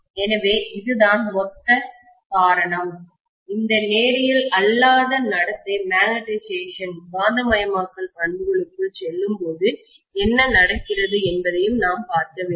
எனவே இதுதான் மொத்த காரணம் இந்த நேரியல் அல்லாத செயல் மேக்னட்டைசேஷன் காந்தமயமாக்கல் பண்புகளுக்குள் செல்லும்போது என்ன நடக்கிறது என்பதையும் நாம் பார்க்க வேண்டும்